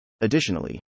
Additionally